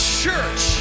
church